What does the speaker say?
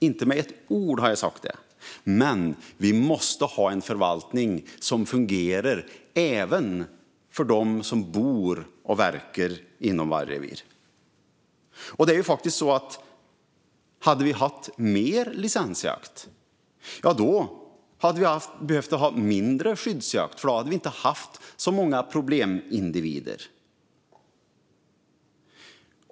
Inte med ett ord har jag sagt det. Men vi måste ha en förvaltning som fungerar även för dem som bor och verkar inom vargrevir. Hade vi haft mer licensjakt hade vi behövt ha mindre skyddsjakt, för då hade vi inte haft så många problemindivider.